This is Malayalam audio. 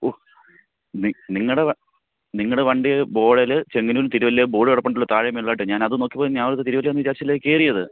ഓ നി നിങ്ങളുടെ നിങ്ങളുടെ വണ്ടി ബോഡിൽ ചെങ്ങന്നൂരും തിരുവല്ലയും ബോർഡ് കിടപ്പുണ്ടല്ലോ താഴെ മേളിലുവായിട്ട് ഞാനത് നോക്കിയപ്പോൾ ഞാനത് തിരുവല്ലേന്ന് വിചാരിച്ചല്ലേ കയറിയത്